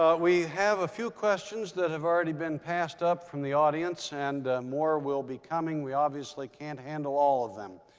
ah we have a few questions that have already been passed up from the audience. and more will be coming. we obviously can't handle all of them.